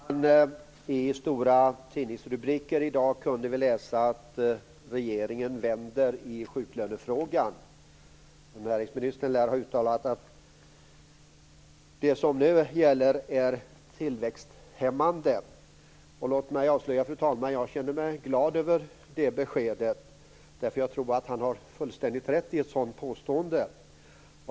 Fru talman! I stora tidningsrubriker i dag kunde vi läsa att regeringen vänder i sjuklönefrågan. Näringsministern lär ha uttalat att det som nu gäller är tillväxthämmande. Låt mig avslöja, fru talman, att jag känner mig glad över det beskedet, eftersom jag tror att han har fullständigt rätt i ett sådant påstående.